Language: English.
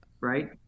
Right